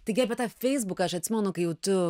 taigi apie tą feisbuką aš atsimenu kai jau tu